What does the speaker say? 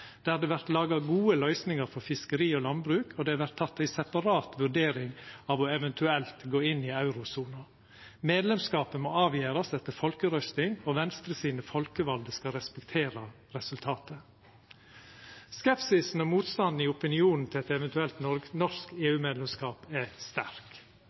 laga gode løysingar for fiskeri og landbruk, og der det vert teke ei separat vurdering av eventuelt å gå inn i eurosona. Medlemskapet må avgjerast etter folkerøysting, og Venstre sine folkevalde skal respektera resultatet. Skepsisen og motstanden i opinionen til eit eventuelt norsk EU-medlemskap er sterk.